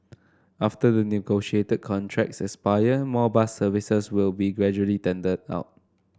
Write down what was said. after the negotiated contracts expire more bus services will be gradually tendered out